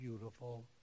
beautiful